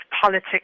politics